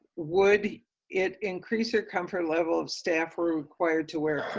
would it increase your comfort level if staff were required to wear